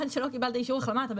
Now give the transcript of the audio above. עד שלא קיבלת אישור החלמה אתה בבידוד.